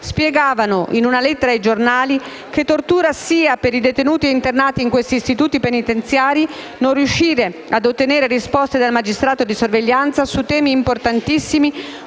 spiegavano, in una lettera ai giornali, che tortura sia per i detenuti e gli internati di questi istituti penitenziari non riuscire a ottenere risposte dal magistrato di sorveglianza su temi importantissimi,